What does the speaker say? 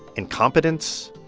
incompetence,